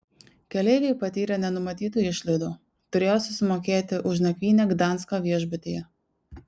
keleiviai patyrė nenumatytų išlaidų turėjo susimokėti už nakvynę gdansko viešbutyje